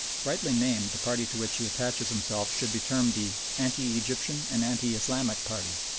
rightly named the party to which he attaches himself should be termed the anti-egyptian and anti-islamic party,